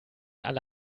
alle